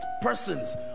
persons